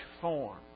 form